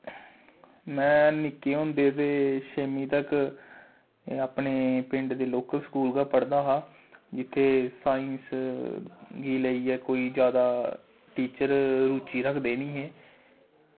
में नि'क्के होंदे ते छेंमीं तक अपने पिंड दे लोकल स्कूल गै पढ़दा हा जि'त्थें साइंस गी लेइयै कोई जादा टीचर रूचि रखदे निं हे